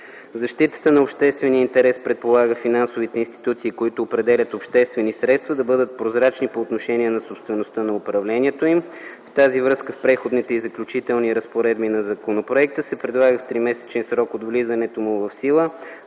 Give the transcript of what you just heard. Защитата на обществения интерес предполага финансовите институции, които управляват обществени средства, да бъдат прозрачни по отношение на собствеността и управлението им. В тази връзка в Преходните и заключителните разпоредби на законопроекта се предлага в тримесечен срок от влизането му в сила